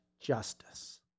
justice